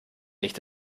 nicht